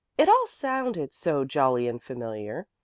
it all sounded so jolly and familiar.